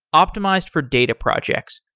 optimized for data projects,